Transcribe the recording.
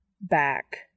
Back